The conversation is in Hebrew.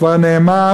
כבר נאמר